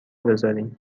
بزارین